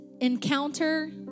encounter